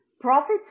Profits